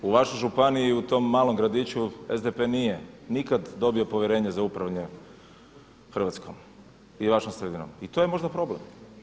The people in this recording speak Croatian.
U vašoj županiji u tom malom gradiću SDP-e nije nikada dobio povjerenje za upravljanje Hrvatskom i vašom sredinom i to je možda problem.